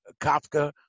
Kafka